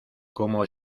como